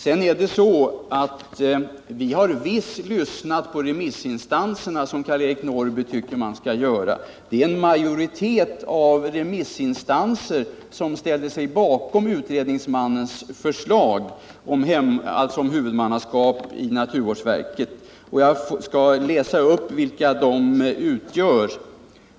Sedan är det så, att vi har visst lyssnat på remissinstanserna, som Karl-Eric Norrby tycker att man skall göra. Det är en majoritet av remissinstanserna som ställt sig bakom utredningsmannens förslag att huvudmannaskap skall ligga hos naturvårdsverket. Låt mig läsa upp namnen på dessa remissinstanser.